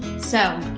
so,